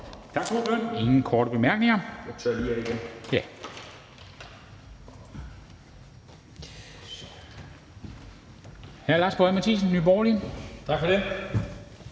Tak for det.